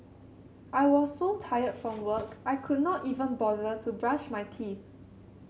I was so tired from work I could not even bother to brush my teeth